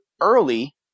early